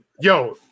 yo